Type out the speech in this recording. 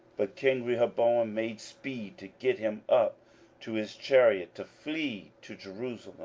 but king rehoboam made speed to get him up to his chariot, to flee to jerusalem